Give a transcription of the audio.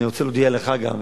אני רוצה להודיע לך גם,